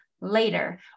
later